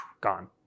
gone